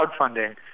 crowdfunding